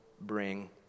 bring